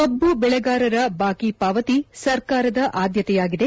ಕಬ್ಬ ಬೆಳೆಗಾರರ ಬಾಕಿ ಪಾವತಿ ಸರ್ಕಾರದ ಆದ್ಯತೆಯಾಗಿದೆ